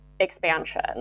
Expansion